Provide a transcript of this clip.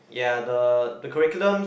ya the the curriculum